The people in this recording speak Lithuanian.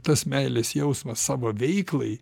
tas meilės jausmas savo veiklai